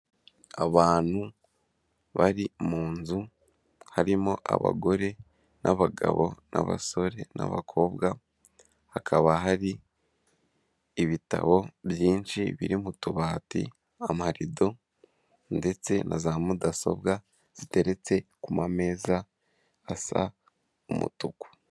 Abantu bari mu nzu harimo: abagore, n'abagabo, n'abasore, n'abakobwa, hakaba hari ibitabo byinshi biri m'utubati, amarido ndetse na za mudasobwa ziteretse kumameza asa umutuku.